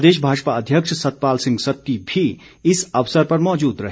प्रदेश भाजपा अध्यक्ष सतपाल सिंह सत्ती भी इस अवसर पर मौजूद रहे